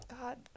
God